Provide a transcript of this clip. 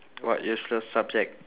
what useless subject